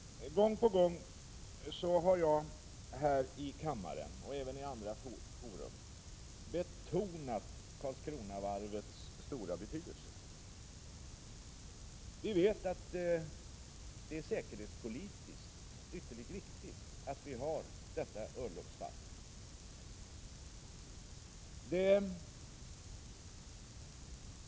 Gång på gång har jag här i kammaren och även i andra fora betonat Karlskronavarvets stora betydelse. Vi vet att det är säkerhetspolitiskt ytterligt viktigt att vi har detta örlogsvarv.